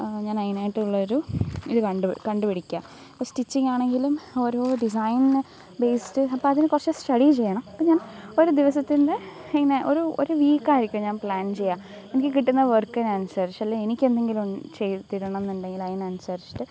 ഞാനതിനായിട്ടുള്ളൊരു ഇത് കണ്ടുപിടിക്കുക ഇപ്പോള് സ്റ്റിച്ചിങ്ങാണെങ്കിലും ഓരോ ഡിസൈനിന് ബേയ്സ്ഡ് അപ്പോള് അതിന് കുറച്ച് സ്റ്റഡി ചെയ്യണം അപ്പോള് ഞാന് ഒരു ദിവസത്തിന്റെ ഇങ്ങനെ ഒരു ഒരു വീക്കായിരിക്കും ഞാന് പ്ലാന് ചെയ്യുക എനിക്ക് കിട്ടുന്ന വര്ക്കിനനുസരിച്ചല്ലെ എനിക്കെന്തെങ്കിലും ചെയ്ത് തീരണമെന്നുണ്ടെങ്കില് അതിനനുസരിച്ച്